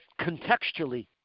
contextually